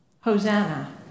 Hosanna